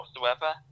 whatsoever